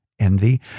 envy